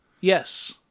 Yes